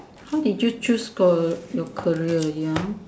how did you choose ca~ your career ya